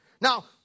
Now